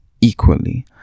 equally